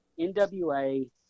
NWA